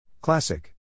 Classic